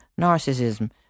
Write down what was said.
narcissism